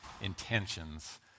intentions